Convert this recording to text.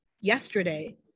yesterday